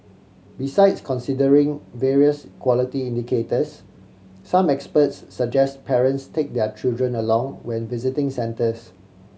besides considering various quality indicators some experts suggest parents take their children along when visiting centres